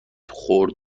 خورد